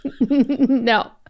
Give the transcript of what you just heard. no